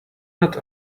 not